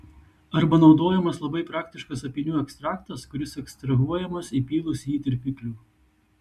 arba naudojamas labai praktiškas apynių ekstraktas kuris ekstrahuojamas įpylus į jį tirpiklių